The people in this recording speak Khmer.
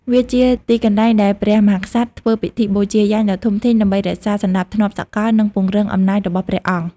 វាជាទីកន្លែងដែលព្រះមហាក្សត្រធ្វើពិធីបូជាយញ្ញដ៏ធំធេង ដើម្បីរក្សាសណ្តាប់ធ្នាប់សកល និងពង្រឹងអំណាចរបស់ព្រះអង្គ។